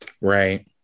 right